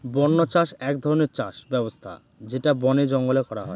বন্য চাষ এক ধরনের চাষ ব্যবস্থা যেটা বনে জঙ্গলে করা হয়